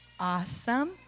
awesome